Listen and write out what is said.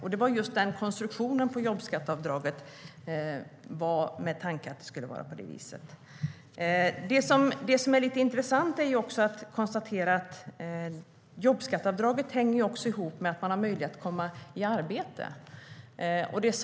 Vi gjorde den konstruktionen på jobbskatteavdraget med tanke på att det skulle vara på det viset. Det som är lite intressant är att jobbskatteavdraget också hänger ihop med möjligheten att komma i arbete.